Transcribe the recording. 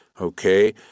Okay